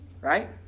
right